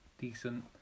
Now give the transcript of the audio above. Decent